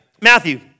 Matthew